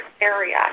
Area